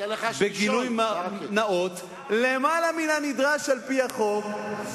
בגילוי נאות למעלה מן הנדרש על-פי החוק,